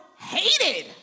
hated